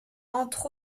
entre